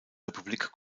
republik